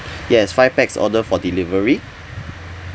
yes five pax order for delivery